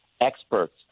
experts